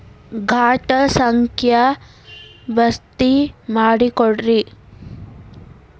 ಖಾತಾ ಸಂಖ್ಯಾ ಭರ್ತಿ ಮಾಡಿಕೊಡ್ರಿ